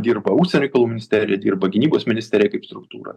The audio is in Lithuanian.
dirba užsienio reikalų ministerija dirba gynybos ministrija kaip struktūra